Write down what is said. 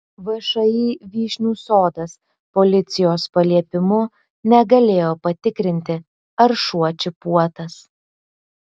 všį vyšnių sodas policijos paliepimu negalėjo patikrinti ar šuo čipuotas